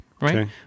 right